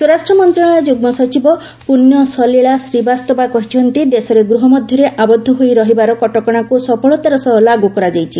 ସ୍ୱରାଷ୍ଟ୍ର ମନ୍ତ୍ରଣାଳୟ ଯୁଗ୍ମ ସଚିବ ପୁଣ୍ୟସଲୀଳା ଶ୍ରୀବାସ୍ତବା କହିଛନ୍ତି ଦେଶରେ ଗୃହମଧ୍ୟରେ ଆବଦ୍ଧ ହୋଇ ରହିବାର କଟକଶାକୁ ସଫଳତାର ସହ ଲାଗୁ କରାଯାଇଛି